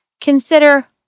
consider